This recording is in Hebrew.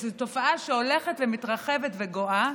שזו תופעה שהולכת ומתרחבת וגואה